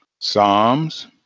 Psalms